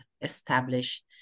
establish